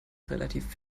relativ